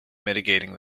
mitigating